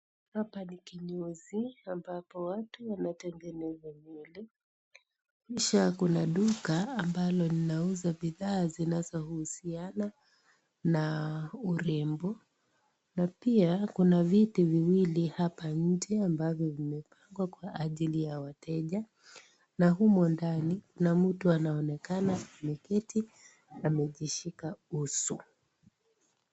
Hapa ni kinyozi ambapo watu wanatengenezwa nywele kisha kuna duka ambalo linauza bidhaa zinazohusiana na urembo na pia kuna viti viwili hapa nje ambavyo vimepangwa kwa ajili ya wateja na humo ndani kuna mtu anaonekana ameketi amejishika uso.